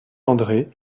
andré